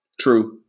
True